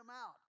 out